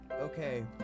Okay